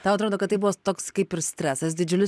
tau atrodo kad tai buvo toks kaip ir stresas didžiulis